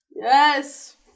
Yes